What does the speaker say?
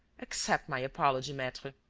accept my apology, maitre.